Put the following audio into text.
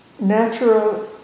natural